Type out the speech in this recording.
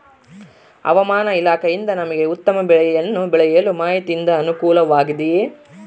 ಹವಮಾನ ಇಲಾಖೆಯಿಂದ ನಮಗೆ ಉತ್ತಮ ಬೆಳೆಯನ್ನು ಬೆಳೆಯಲು ಮಾಹಿತಿಯಿಂದ ಅನುಕೂಲವಾಗಿದೆಯೆ?